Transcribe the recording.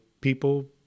people